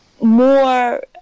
more